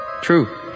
True